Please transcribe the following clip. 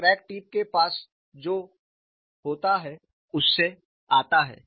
यह crack tip के पास जो होता है उससे आता है